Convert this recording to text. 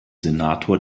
senator